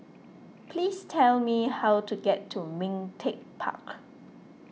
please tell me how to get to Ming Teck Park